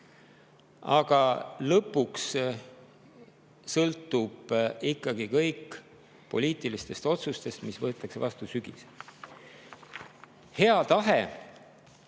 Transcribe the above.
Aga lõpuks sõltub kõik ikkagi poliitilistest otsustest, mis võetakse vastu sügisel. Hea tahe,